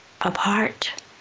apart